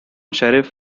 sheriff